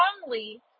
strongly